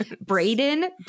Braden